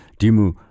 Dimu